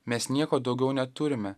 mes nieko daugiau neturime